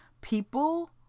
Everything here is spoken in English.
people